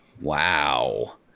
Wow